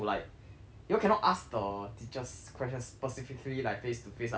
you'll cannot ask the teachers questions specifically like face to face like one to one like that